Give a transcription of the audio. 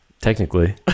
technically